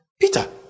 Peter